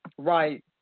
right